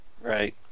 Right